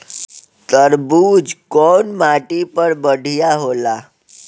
तरबूज कउन माटी पर बढ़ीया होला?